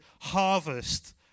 harvest